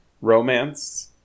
romance